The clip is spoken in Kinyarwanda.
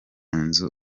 nzu